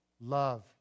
love